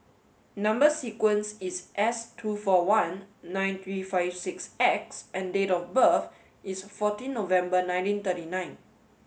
number sequence is S two four one nine three five six X and date of birth is fourteen November nineteen thirty nine